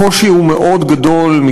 הקושי הוא גדול מאוד,